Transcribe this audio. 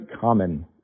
common